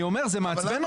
אני אומר, זה מעצבן אותי.